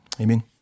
Amen